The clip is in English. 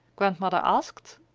grandmother asked.